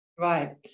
Right